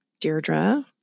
Deirdre